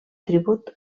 tribut